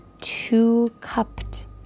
two-cupped